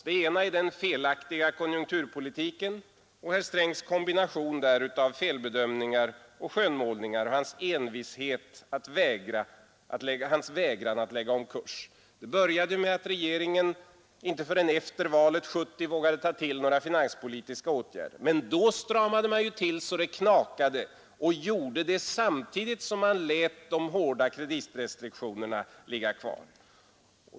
Det ena är den felaktiga konjunkturpolitiken och herr Strängs kombination av felbedömningar och skönmålningar, hans envishet, hans vägran att lägga om kurs. Det började med att regeringen inte förrän efter valet 1970 vågade ta till några finanspolitiska åtgärder. Men då stramade man till så det knakade och gjorde det samtidigt som man lät de hårda kreditrestriktionerna ligga kvar.